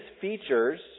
features